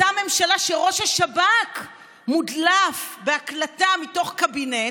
אותה ממשלה שראש השב"כ מודלף בהקלטה מתוך קבינט,